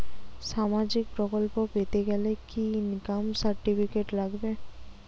সামাজীক প্রকল্প পেতে গেলে কি ইনকাম সার্টিফিকেট লাগবে?